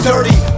Dirty